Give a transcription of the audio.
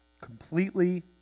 completely